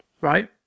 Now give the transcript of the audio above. Right